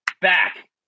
Back